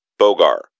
Bogar